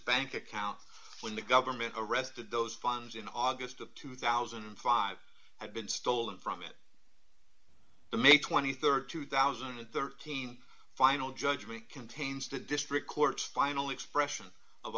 bank account when the government arrested those funds in august of two thousand and five had been stolen from it the may rd two thousand and thirteen final judgment contains the district court's final expression of